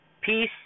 peace